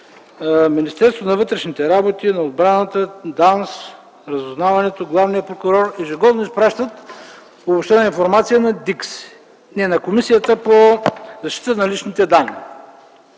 Министерството на вътрешните работи, Министерството на отбраната, ДАНС, Разузнаването, Главният прокурор ежегодно изпращат обобщена информация на Комисията за защита на личните данни.